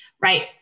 right